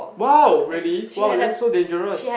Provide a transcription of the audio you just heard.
wow really wow that's so dangerous